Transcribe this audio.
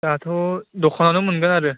दाथ' दखानावनो मोनगोन आरो